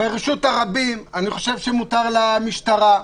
ברשות הרבים אני חושב שמותר למשטרה.